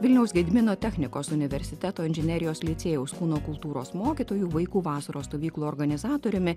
vilniaus gedimino technikos universiteto inžinerijos licėjaus kūno kultūros mokytoju vaikų vasaros stovyklų organizatoriumi